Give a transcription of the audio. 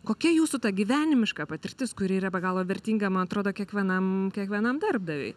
kokia jūsų ta gyvenimiška patirtis kuri yra be galo vertinga man atrodo kiekvienam kiekvienam darbdaviui